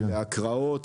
להקראות.